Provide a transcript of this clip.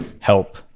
help